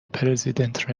پرزیدنت